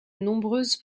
nombreuses